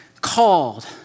called